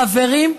חברים,